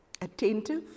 Attentive